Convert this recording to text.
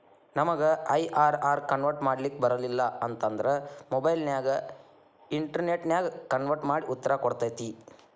ನಮಗ IRR convert ಮಾಡ್ಲಿಕ್ ಬರಲಿಲ್ಲ ಅಂತ ಅಂದ್ರ ಮೊಬೈಲ್ ನ್ಯಾಗ ಇನ್ಟೆರ್ನೆಟ್ ನ್ಯಾಗ ಕನ್ವರ್ಟ್ ಮಡಿ ಉತ್ತರ ಕೊಡ್ತತಿ